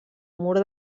mur